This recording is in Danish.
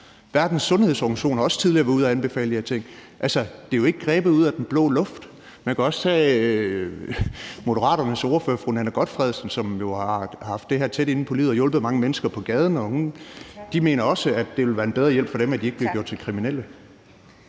Verdenssundhedsorganisationen har også tidligere været ude at anbefale de her ting. Altså, det er jo ikke grebet ud af den blå luft. Man kan også tage Moderaternes fru Nanna W. Gotfredsen, som jo har haft det her tæt inde på livet og hjulpet mange mennesker på gaden, og hun mener også, at det vil være en bedre hjælp for dem, at de ikke bliver gjort til kriminelle.